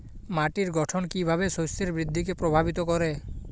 মাটির গঠন কীভাবে শস্যের বৃদ্ধিকে প্রভাবিত করে?